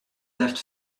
left